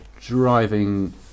driving